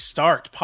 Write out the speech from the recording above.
Start